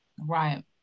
Right